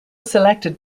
selected